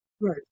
Right